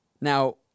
Now